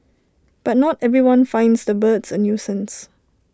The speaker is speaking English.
but not everyone finds the birds A nuisance